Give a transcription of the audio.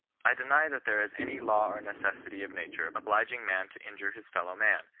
i deny that there is any law or necessity of nature obliging man to injure his fellow man,